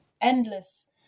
endless